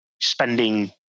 spending